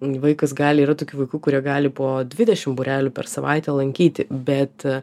vaikas gali yra tokių vaikų kurie gali po dvidešim būrelių per savaitę lankyti bet